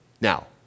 Now